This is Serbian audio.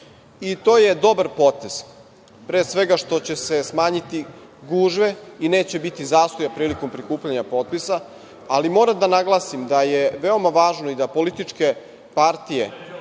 To je dobar potez, pre svega, što će se smanjiti gužve i neće biti zastoja prilikom prikupljanja potpisa. Moram da naglasim da je veoma važno i da političke partije